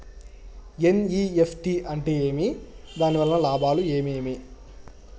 NEFT అంటే ఏమి? దాని వలన లాభాలు ఏమేమి